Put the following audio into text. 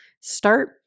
Start